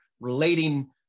Relating